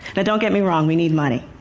but don't get me wrong, we need money.